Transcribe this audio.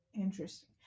Interesting